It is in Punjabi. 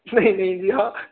ਨਹੀਂ ਨਹੀਂ